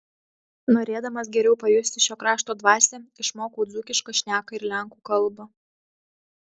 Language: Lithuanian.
norėdamas geriau pajusti šio krašto dvasią išmokau dzūkišką šneką ir lenkų kalbą